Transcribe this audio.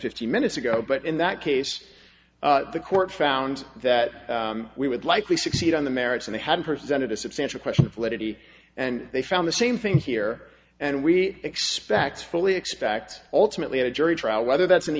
fifteen minutes ago but in that case the court found that we would likely succeed on the merits and they had presented a substantial question of liberty and they found the same thing here and we expect fully expect ultimately a jury trial whether that's